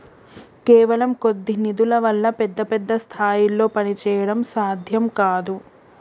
కేవలం కొద్ది నిధుల వల్ల పెద్ద పెద్ద స్థాయిల్లో పనిచేయడం సాధ్యం కాదు